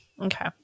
Okay